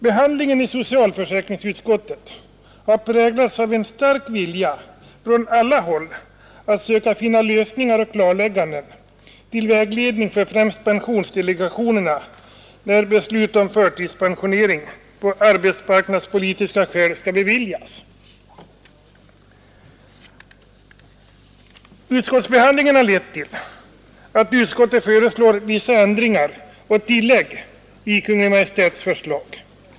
Behandlingen i socialförsäkringsutskottet har präglats av en stark vilja från alla håll att söka finna lösningar och klarlägganden till vägledning för främst pensionsdelegationerna när förtidspensionering av arbetsmarknadspolitiska skäl skall beviljas. Utskottsbehandlingen har lett till att utskottet föreslår vissa ändringar och tillägg i Kungl. Maj:ts förslag.